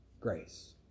grace